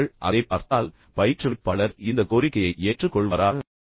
நீங்கள் அதைப் பார்த்தால் பயிற்றுவிப்பாளர் இந்த கோரிக்கையை ஏற்றுக்கொள்வாரா